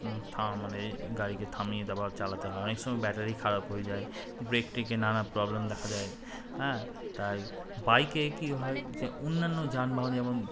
থা মানে গাড়িকে থামিয়ে দিয়ে আবার চালাতে হয় অনেক সময় ব্যাটারি খারাপ হয়ে যায় ব্রেকটিকে নানা প্রবলেম দেখা যায় হ্যাঁ তাই বাইকে কী হয় যে অন্যান্য যানবাহন যেমন